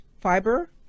fiber